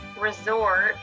Resort